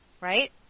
right